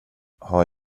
har